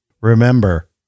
Remember